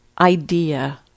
idea